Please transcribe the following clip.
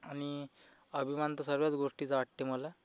आनि अभिमान तर सर्वच गोष्टीचा वाटते मला